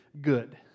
good